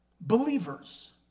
believers